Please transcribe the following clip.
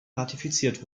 ratifiziert